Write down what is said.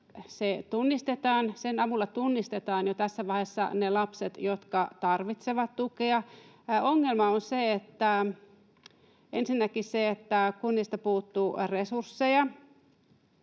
tuen avulla tunnistetaan jo tässä vaiheessa ne lapset, jotka tarvitsevat tukea. Ongelma on ensinnäkin se, että kunnista puuttuu resursseja,